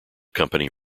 company